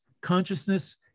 consciousness